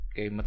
Okay